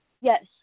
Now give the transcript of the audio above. Yes